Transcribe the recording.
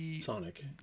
Sonic